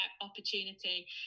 opportunity